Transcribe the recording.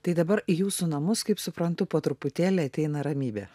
tai dabar į jūsų namus kaip suprantu po truputėlį ateina ramybė